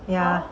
ya